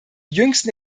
jüngsten